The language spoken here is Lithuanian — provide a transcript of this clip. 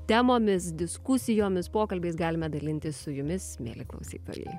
temomis diskusijomis pokalbiais galime dalintis su jumis mieli klausytojai